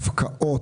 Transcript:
הפקעות.